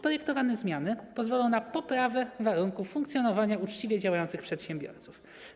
Projektowane zmiany pozwolą na poprawę warunków funkcjonowania uczciwie działających przedsiębiorców.